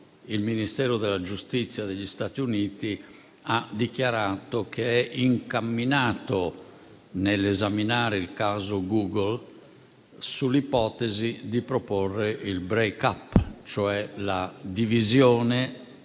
il Ministero della giustizia degli Stati Uniti ha dichiarato che è incamminato, nell'esaminare il caso Google, sull'ipotesi di proporre il *break up*, cioè la divisione